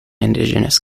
indigenous